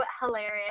hilarious